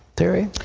terry?